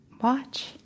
watch